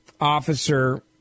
Officer